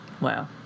Wow